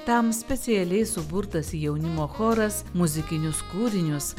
tam specialiai suburtas jaunimo choras muzikinius kūrinius